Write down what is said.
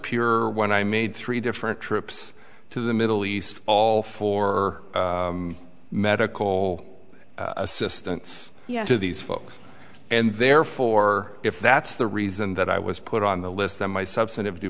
pure when i made three different trips to the middle east all four medical assistance to these folks and therefore if that's the reason that i was put on the list then my substantive due